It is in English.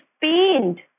pained